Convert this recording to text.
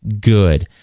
good